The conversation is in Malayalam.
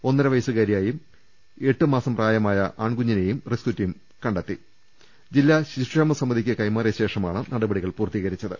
ഒന്നരിവയസുകാരിയേയും എട്ട് മാസം പ്രായമായ ആൺകുഞ്ഞിനെയും റെസ്ക്യൂ ടീം കണ്ടെത്തി ജില്ലാ ശിശുക്ഷേമ സമിതിക്ക് കൈമാറിയതിന് ശേഷമാണ് നടപടികൾ പൂർത്തീകരിച്ചത്